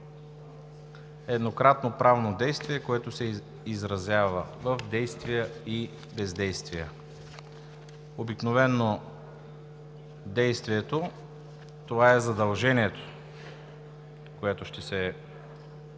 еднократно правно действие, което се изразява в действия и бездействия. Обикновено действието – това е задължението, което евентуално